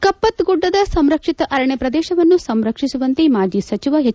ಕಪ್ಪತ್ತರುಡ್ಡದ ಸಂರಕ್ಷಿತ ಅರಣ್ಯ ಪ್ರದೇಶವನ್ನು ಸಂರಕ್ಷಿಸುವಂತೆ ಮಾಜಿ ಸಚಿವ ಎಚ್